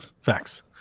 Facts